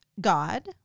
God